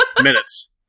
Minutes